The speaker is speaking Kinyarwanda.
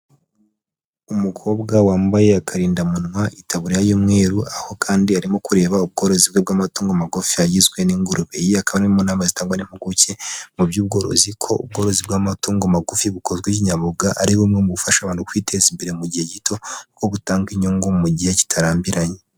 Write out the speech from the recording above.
Umukobwa wambaye akarindamunwa, itaburiya y'umweru, aho kandi arimo kureba ubworozi bwe bw'amatungo magufi. Agizwe n'ingurube. Iyi akaba ari imwe mu nama itangwa n'impuguke mu by'ubworozi ko ubworozi bw'amatungo magufi bukozwe h'inyabuga ari bumwe mu bufasha abantu kwiteza imbere mu gihe gito, kuko gutanga inyungu mu gihe kitarambiranye.